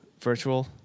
virtual